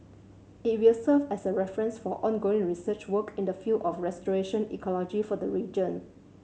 it will serve as a reference for ongoing research work in the field of restoration ecology for the region